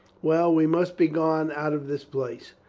well, we must be gone out of this place.